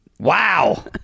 Wow